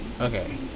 okay